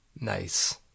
Nice